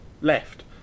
left